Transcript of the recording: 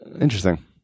interesting